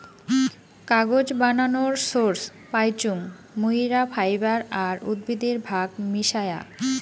কাগজ বানানোর সোর্স পাইচুঙ মুইরা ফাইবার আর উদ্ভিদের ভাগ মিশায়া